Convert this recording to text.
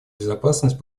безопасность